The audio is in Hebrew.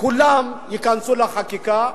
כולן ייכנסו לחקיקה,